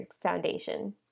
foundation